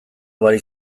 barik